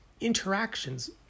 interactions